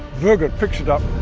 voggr picks it up,